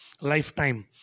lifetime